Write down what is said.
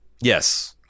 Yes